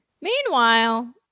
Meanwhile